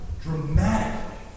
dramatically